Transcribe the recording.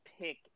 pick